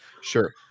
sure